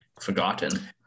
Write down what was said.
forgotten